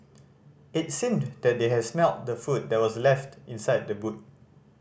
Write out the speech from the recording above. it seemed that they had smelt the food that was left in side the boot